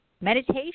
Meditation